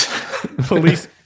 police